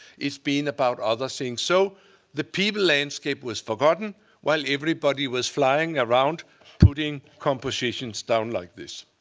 it's been about other things. so the people landscape was forgotten while everybody was flying around putting compositions down like this.